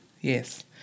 Yes